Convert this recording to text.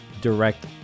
direct